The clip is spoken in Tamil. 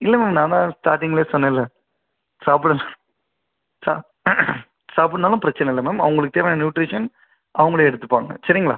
இல்லை மேம் நான் தான் ஸ்டாட்டிங்லே சொன்னேன்ல்ல சாப்பிடன்ஸ் சா சாப்பிட்லனாலும் பிரச்சனை இல்லை மேம் அவங்களுக்கு தேவையான நியூட்ரிஷன் அவங்களே எடுத்துப்பாங்க சரிங்களா